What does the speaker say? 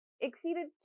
exceeded